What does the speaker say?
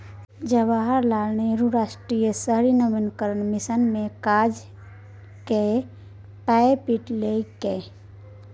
जवाहर लाल नेहरू राष्ट्रीय शहरी नवीकरण मिशन मे काज कए कए पाय पीट लेलकै